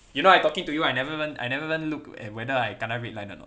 you know I talking to you I never even I never even look at whether I kena red line or not